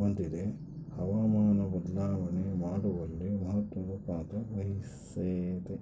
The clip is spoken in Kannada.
ಹೊಂದಿದೆ ಹವಾಮಾನ ಬದಲಾವಣೆ ಮಾಡುವಲ್ಲಿ ಮಹತ್ವದ ಪಾತ್ರವಹಿಸೆತೆ